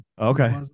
Okay